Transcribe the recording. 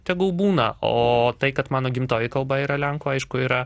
tegul būna o tai kad mano gimtoji kalba yra lenkų aišku yra